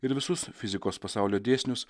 ir visus fizikos pasaulio dėsnius